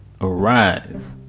Arise